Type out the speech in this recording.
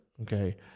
okay